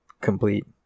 complete